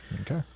Okay